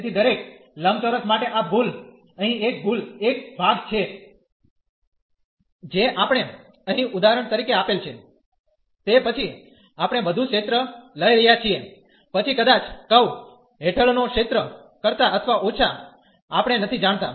તેથી દરેક લંબચોરસ માટે આ ભૂલ અહીં એક ભૂલ એક ભાગ છે જે આપણે અહીં ઉદાહરણ તરીકે આપેલ છે તે પછી આપણે વધુ ક્ષેત્ર લઈ રહ્યા છીએ પછી કદાચ કર્વ હેઠળનો ક્ષેત્ર કરતા અથવા ઓછા આપણે નથી જાણતા